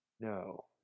No